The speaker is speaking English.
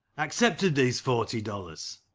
accept of these forty dollars.